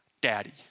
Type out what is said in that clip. daddy